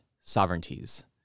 sovereignties